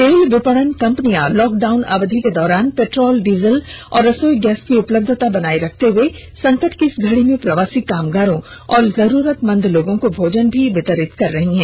तेल विपणन कंपनियां लॉकडाउन अवधि के दौरान पेट्रोल डीजल और रसोई गैस की उपलब्यता बनाए रखते हए संकट की इस घड़ी में प्रवासी कामगारों और जरूरतमंद लोगों को भोजन भी वितरित कर रही हैं